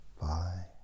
bye